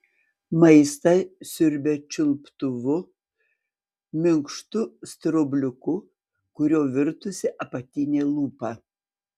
maistą siurbia čiulptuvu minkštu straubliuku kuriuo virtusi apatinė lūpa